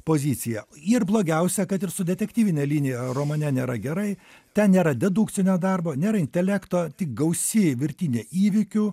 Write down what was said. pozicija ir blogiausia kad ir su detektyvine linija romane nėra gerai ten nėra dedukcinio darbo nėra intelekto tik gausi virtinė įvykių